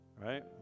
right